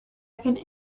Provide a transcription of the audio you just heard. second